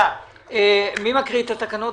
מי קורא את התקנות?